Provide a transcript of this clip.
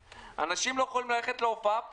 אנשים לא יכולים ללכת פה להופעה,